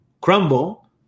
crumble